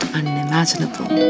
unimaginable